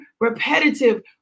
repetitive